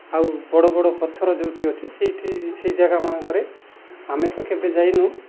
ଆଉ ବଡ଼ ବଡ଼ ପଥର ଯେଉଁଠି ଅଛି ସେଇଠି ସେହି ଜାଗାମାନଙ୍କରେ ଆମେ ତ କେବେ ଯାଇନୁ